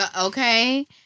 okay